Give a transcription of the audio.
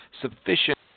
sufficient